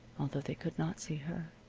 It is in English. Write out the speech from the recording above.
although they could not see her.